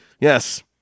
Yes